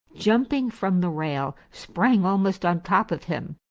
jumping from the rail, sprang almost on top of him.